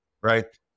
right